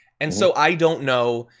and so i don't know.